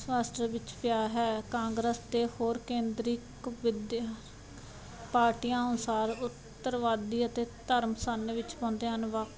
ਸਵਾਸਟਰ ਵਿੱਚ ਪਿਆ ਹੈ ਕਾਂਗਰਸ ਤੇ ਹੋਰ ਕੇਂਦਰੀਕ ਵਿਦਿਆ ਪਾਰਟੀਆਂ ਅਨੁਸਾਰ ਉਤਰਵਾਦੀ ਅਤੇ ਧਰਮਸਲ ਵਿੱਚ ਪਾਉਂਦੇ ਹਨ